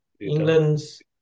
England's